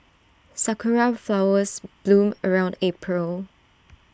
Sakura Flowers bloom around April